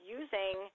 using